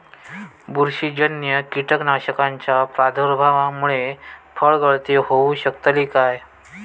बुरशीजन्य कीटकाच्या प्रादुर्भावामूळे फळगळती होऊ शकतली काय?